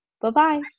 Bye-bye